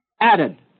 added